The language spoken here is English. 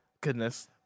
Goodness